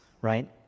right